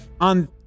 on